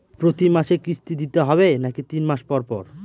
প্রতিমাসে কিস্তি দিতে হবে নাকি তিন মাস পর পর?